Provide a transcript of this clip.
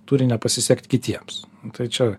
turi nepasisekt kitiems tai čia